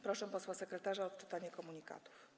Proszę posła sekretarza o odczytanie komunikatów.